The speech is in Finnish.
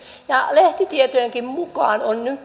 lehtitietojenkin mukaan on